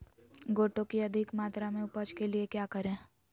गोटो की अधिक मात्रा में उपज के लिए क्या करें?